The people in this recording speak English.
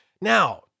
Now